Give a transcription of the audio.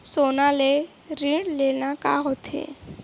सोना ले ऋण लेना का होथे?